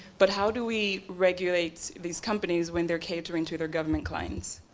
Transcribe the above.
but how do we regulate these companies when they're catering to their government clients?